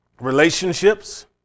relationships